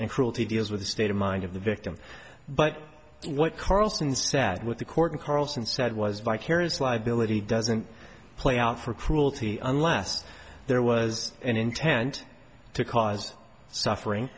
and cruelty deals with the state of mind of the victim but what carlson said with the court carlson said was vicarious liability doesn't play out for cruelty unless there was an intent to cause suffering